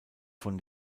von